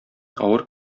авыр